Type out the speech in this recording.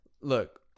Look